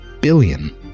billion